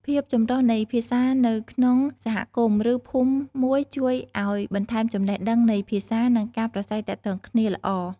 ភាពចម្រុះនៃភាសានៅក្នុងសហគមន៍ ឬ ភូមិមួយជួយឱ្យបន្ថែមចំណេះដឹងនៃភាសា និងការប្រាស្រ័យទាក់ទងគ្នាល្អ។